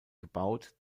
gebaut